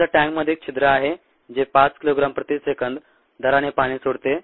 समजा टँकमध्ये एक छिद्र आहे जे 5 किलोग्राम प्रति सेकंद दराने पाणी सोडते